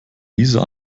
dieser